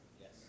Yes